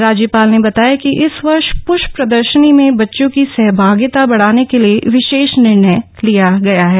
राज्यपाल ने बताया कि इस वर्ष पृष्प प्रदर्शनी में बच्चों की सहभागिता बढ़ाने के लिए विशेष निर्णय लिया गया है